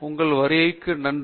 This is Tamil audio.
உங்கள் வருகைக்கு நன்றி